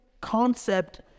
concept